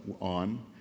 on